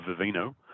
Vivino